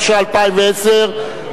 התשע"א 2010,